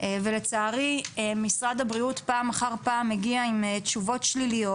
ולצערי משרד הבריאות פעם אחר פעם מגיע עם תשובות שליליות.